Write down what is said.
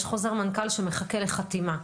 יש חוזר מנכ"ל שמחכה לחתימה.